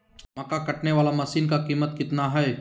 मक्का कटने बाला मसीन का कीमत कितना है?